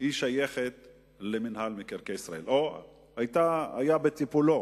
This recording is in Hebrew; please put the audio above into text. שייכת למינהל מקרקעי ישראל, או היתה בטיפולו